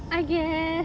I guess